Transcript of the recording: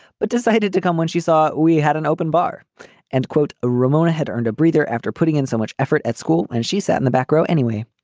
but decided to come when she saw we had an open bar and quote, ah ramona had earned a breather after putting in so much effort at school. and she sat in the back row. anyway,